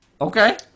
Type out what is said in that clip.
Okay